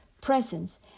presence